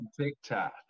TikTok